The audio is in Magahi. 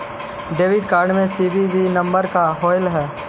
डेबिट कार्ड में सी.वी.वी नंबर का होव हइ?